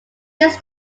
his